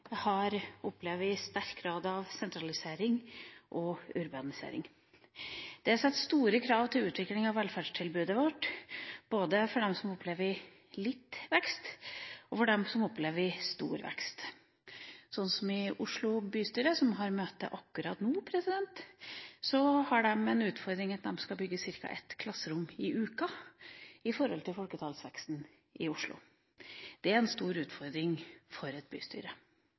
sterk grad av sentralisering og urbanisering. Det er satt store krav til utvikling av velferdstilbudet vårt, både for dem som opplever litt vekst, og for dem som opplever stor vekst. Oslo bystyre, som har møte akkurat nå, har en utfordring knyttet til at de skal bygge ca. ett klasserom i uka med tanke på folketallsveksten i Oslo. Det er en stor utfordring for et bystyre.